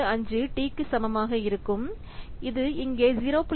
75 டி க்கு சமமாக இருக்கும் இது இங்கே 0